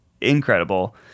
incredible